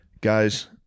guys